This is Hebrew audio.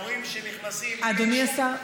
ההורים שנכנסים בלי שום,